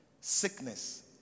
sickness